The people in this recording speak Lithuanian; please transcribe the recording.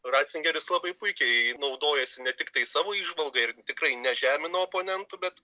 racingeris labai puikiai naudojasi ne tiktai savo įžvalga ir tikrai nežemina oponentų bet